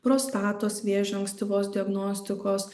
prostatos vėžio ankstyvos diagnostikos